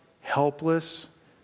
helpless